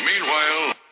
Meanwhile